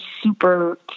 super